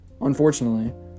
Unfortunately